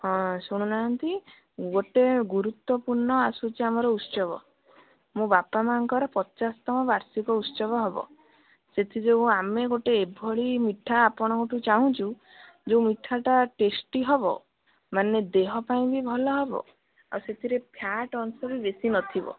ହଁ ଶୁଣୁନାହାନ୍ତି ଗୋଟେ ଗୁରୁତ୍ୱପୂର୍ଣ୍ଣ ଆସୁଛି ଆମର ଉତ୍ସବ ମୋ ବାପା ମାଆଙ୍କର ପଚାଶ ତମ ବାର୍ଷିକ ଉତ୍ସବ ହେବ ସେଥିଯୋଗୁଁ ଆମେ ଗୋଟେ ଏଭଳି ମିଠା ଆପଣଙ୍କଠୁ ଚାହୁଁଛୁ ଯେଉଁ ମିଠାଟା ଟେଷ୍ଟି ହେବ ମାନେ ଦେହ ପାଇଁ ବି ଭଲ ହେବ ଆଉ ସେଥିରେ ଫ୍ୟାଟ୍ ଅଂଶବି ବେଶୀ ନଥିବ